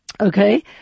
Okay